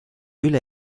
üle